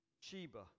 Sheba